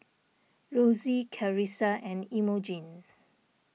Rosey Karissa and Imogene